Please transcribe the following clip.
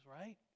right